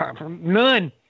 None